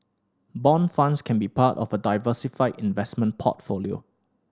bond funds can be part of a diversified investment portfolio